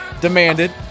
demanded